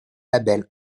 label